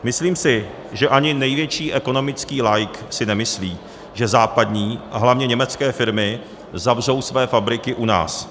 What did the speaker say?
Myslím si, že ani největší ekonomický laik si nemyslí, že západní a hlavně německé firmy zavřou své fabriky u nás.